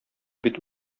бит